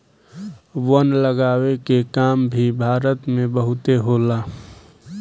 वन लगावे के काम भी भारत में बहुते होला